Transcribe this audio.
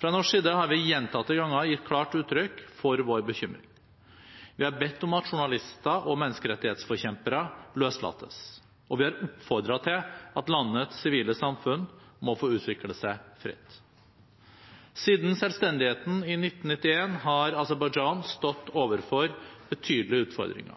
Fra norsk side har vi gjentatte ganger gitt klart uttrykk for vår bekymring. Vi har bedt om at journalister og menneskerettighetsforkjempere løslates, og vi har oppfordret til at landets sivile samfunn må få utvikle seg fritt. Siden selvstendigheten i 1991 har Aserbajdsjan stått overfor betydelige utfordringer.